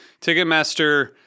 Ticketmaster